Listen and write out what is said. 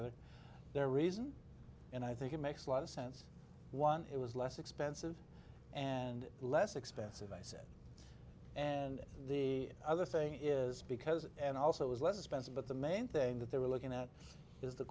other their reason and i think it makes a lot of sense one it was less expensive and less expensive i said and the other thing is because and also it was less expensive but the main thing that they were looking at is the